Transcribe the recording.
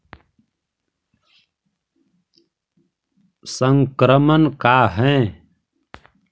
संक्रमण का है?